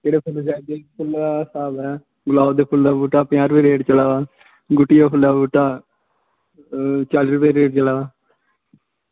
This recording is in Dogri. केह्ड़े फुल्ल चाहिदे फुल्ल दा स्हाब ऐ गुलाब दे फुल्ल दा बूह्टा पञां रपे रेट चला दा गुट्टिये फुल्ल दा बूह्टा चाली रपे रेट चला दा